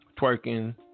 twerking